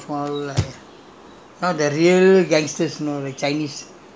and yes yes yes no lah that [one] was more of small small gang